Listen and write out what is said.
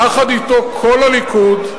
יחד אתו כל הליכוד,